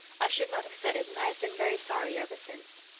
i should not have said it and i have been very sorry ever since.